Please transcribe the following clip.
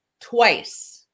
twice